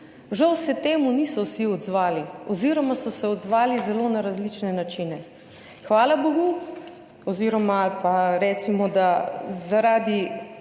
žal se na to niso vsi odzvali oziroma so se odzvali zelo na različne načine. Hvala bogu oziroma zaradi